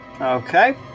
Okay